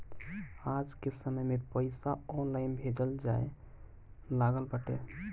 आजके समय में पईसा ऑनलाइन भेजल जाए लागल बाटे